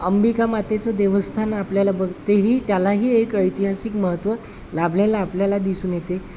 अंबिका मातेचं देवस्थान आपल्याला बघ तेही त्यालाही एक ऐतिहासिक महत्त्व लाभलेला आपल्याला दिसून येते